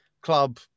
club